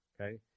okay